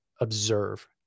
observe